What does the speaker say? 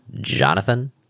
Jonathan